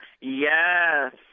Yes